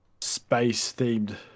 space-themed